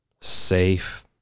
safe